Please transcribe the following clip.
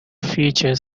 featured